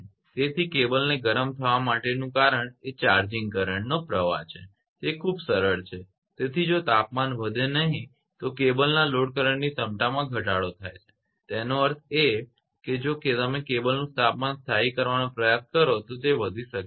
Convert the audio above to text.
તેથી કેબલને ગરમ થવા માટેનું કારણ એ ચાર્જિંગ કરંટનો પ્રવાહ છે તે ખૂબ જ સરળ છે તેથી જો તાપમાન વધે નહીં તો કેબલનાં લોડ કરંટની ક્ષમતામાં ઘટાડો થાય છે તેનો અર્થ એ કે જો તમે કેબલનું તાપમાન સ્થાયી કરવાનો પ્રયાસ કરો તો તે વધી શકે નહી